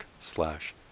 slash